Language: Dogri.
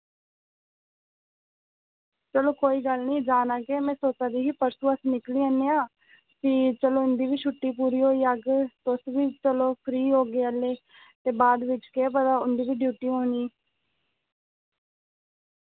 चलो कोई गल्ल नेईं जाना केह् मैं सोच्चा दी ही परसूं अस निकली जन्ने आं फ्ही चलो उंदी बी छुट्टी पूरी होई जाग तुस चलो फ्री होगे हल्ले ते बाद बिच केह् पता उंदी बी ड्यूटी होनी